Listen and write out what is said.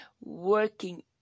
working